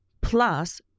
Plus